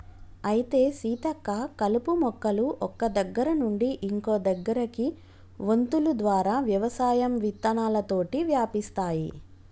అయితే సీతక్క కలుపు మొక్కలు ఒక్క దగ్గర నుండి ఇంకో దగ్గరకి వొంతులు ద్వారా వ్యవసాయం విత్తనాలతోటి వ్యాపిస్తాయి